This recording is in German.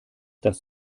das